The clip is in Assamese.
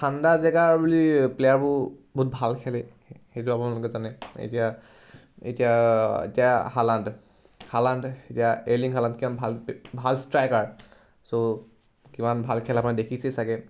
ঠাণ্ডা জেগাৰ বুলি প্লেয়াৰবোৰ বহুত ভাল খেলে সেইটো আপোনালোকে জানে এতিয়া এতিয়া এতিয়া হালণ্ড শালণ্ড এতিয়া ৰেলিং শালাণ্ড কিমান ভাল ভাল ষ্ট্ৰাইকাৰ চ' কিমান ভাল খেলে আপুনি দেখিছেই চাগে